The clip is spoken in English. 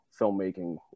filmmaking